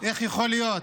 איך יכול להיות?